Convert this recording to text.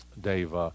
Dave